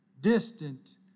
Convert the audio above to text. distant